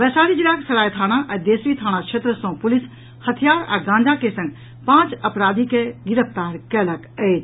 वैशाली जिलाक सराय थाना आ देसरी थाना क्षेत्र सँ पुलिस हथियार आ गांजा के संग पांच अपराधी के गिरफ्तार कयलक अछि